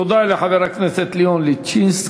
תודה רבה לחבר הכנסת לאון ליטינצקי.